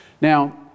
Now